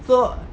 so